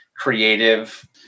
creative